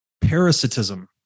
parasitism